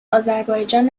آذربایجان